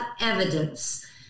evidence